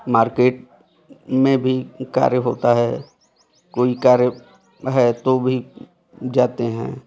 market में भी कार्य होता है कोई कार्य है तो भी जाते हैं